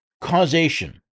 causation